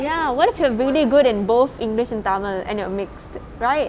ya what if you're really good in both english and tamil and you're mixed